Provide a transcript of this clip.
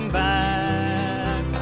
back